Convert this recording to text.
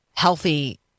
healthy